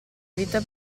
vita